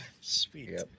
Sweet